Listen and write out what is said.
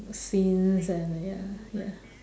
scenes and ya ya